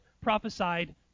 prophesied